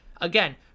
Again